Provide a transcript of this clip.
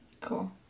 Cool